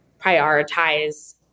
prioritize